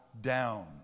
down